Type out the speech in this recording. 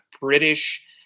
British